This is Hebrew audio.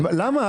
אלכס, למה?